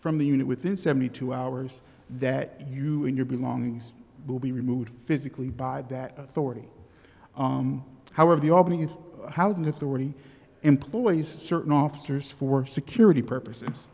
from the unit within seventy two hours that you and your belongings will be removed physically by that authority however the albany housing authority employs certain officers for security purposes